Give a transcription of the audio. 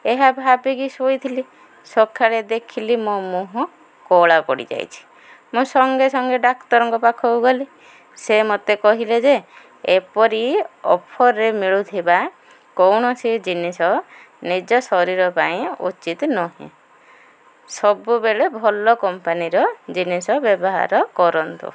ଏହା ଭାବିକି ଶୋଇଥିଲି ସଖାଳେ ଦେଖିଲି ମୋ ମୁହଁ କଳା ପଡ଼ିଯାଇଛି ମୁଁ ସଙ୍ଗେ ସଙ୍ଗେ ଡାକ୍ତରଙ୍କ ପାଖକୁ ଗଲି ସେ ମୋତେ କହିଲେ ଯେ ଏପରି ଅଫରରେ ମିଳୁଥିବା କୌଣସି ଜିନିଷ ନିଜ ଶରୀର ପାଇଁ ଉଚିତ ନୁହେଁ ସବୁବେଳେ ଭଲ କମ୍ପାନୀର ଜିନିଷ ବ୍ୟବହାର କରନ୍ତୁ